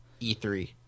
e3